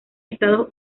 estados